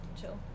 chill